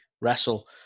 wrestle